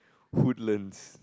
Woodlands